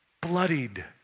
bloodied